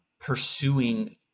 pursuing